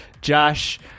Josh